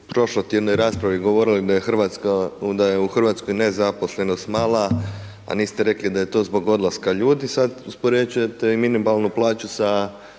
u prošlotjednoj raspravi govorili da je u Hrvatskoj nezaposlenost mala, a niste rekli da je to zbog odlaska ljudi, sada uspoređujete i minimalnu plaću sa